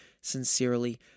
sincerely